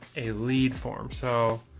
a lead form. so,